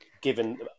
Given